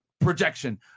projection